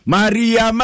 Maria